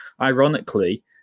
ironically